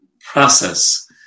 process